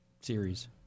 series